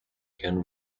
can